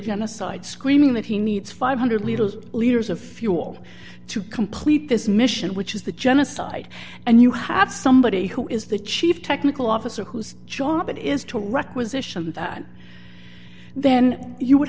genocide screaming that he needs five hundred leaders leaders of fuel to complete this mission which is the genocide and you have somebody who is the chief technical officer whose job it is to requisition that then you would